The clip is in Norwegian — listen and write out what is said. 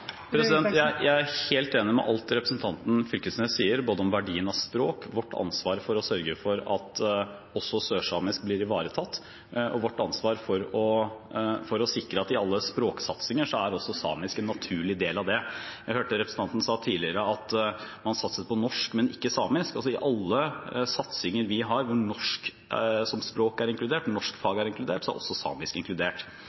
helt enig i alt det representanten Knag Fylkesnes sier, både om verdien av språk, om vårt ansvar for å sørge for at også sørsamisk blir ivaretatt, og om vårt ansvar for å sikre at i alle språksatsinger er også samisk en naturlig del. Jeg hørte representanten tidligere si at man satset på norsk, men ikke på samisk. I alle satsinger vi har, hvor norsk som språk er inkludert, hvor norskfaget er inkludert, er også samisk inkludert.